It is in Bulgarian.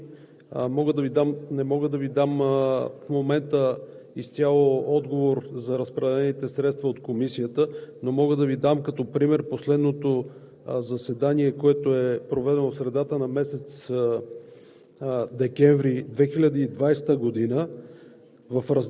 По отношение на превантивните дейности не мога в момента да Ви дам изцяло отговор за разпределените средства от Комисията, но мога да Ви дам като пример последното заседание, което е проведено в средата на месец